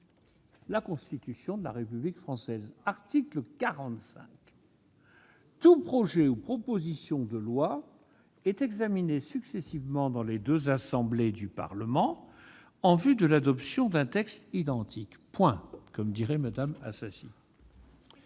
la Constitution de la République française :« Tout projet ou proposition de loi est examiné successivement dans les deux assemblées du Parlement, en vue de l'adoption d'un texte identique. Sans préjudice de